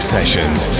Sessions